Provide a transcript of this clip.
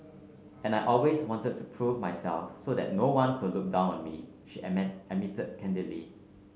and I always wanted to prove myself so that no one would look down on me she admit admitted candidly